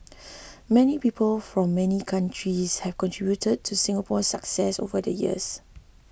many people from many countries have contributed to Singapore's success over the years